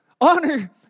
honor